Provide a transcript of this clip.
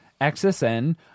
XSN